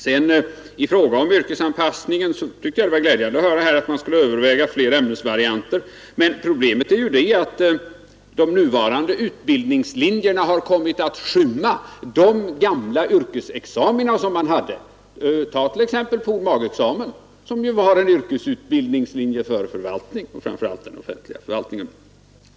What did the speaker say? Beträffande yrkesanpassningen tyckte jag att det var glädjande att höra att man skulle överväga flera ämnesvarianter, men problemet är ju det att de nuvarande utbildningslinjerna har kommit att skymma de gamla yrkesexamina som man hade. Ta till exempel pol.mag.-examen, som ju var en yrkesutbildningslinje för förvaltning, framför allt den offentliga förvaltningen.